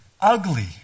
ugly